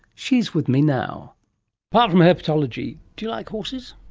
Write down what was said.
she's with me now apart from herpetology, do you like horses?